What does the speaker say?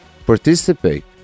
participate